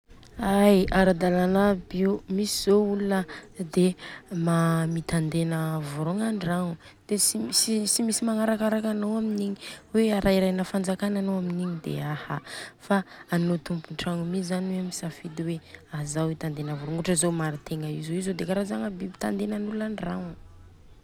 Ai ara-dalàna aby Io, misy zô olona de ma mitandena vorogna andragno, de tsy misy magnarakaraka aby anô aminigny, hoe arahirahina fanjakana anô aminigny de aha fa anô tompontragno mi zany hoe misafidy hoe a Zao itandena biby, ohatra zô Martin Io zô de karazagna biby tandenan'olona andragno.